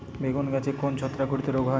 বেগুন গাছে কোন ছত্রাক ঘটিত রোগ হয়?